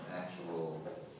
actual